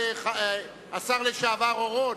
השר לשעבר אורון.